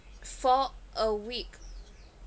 for a week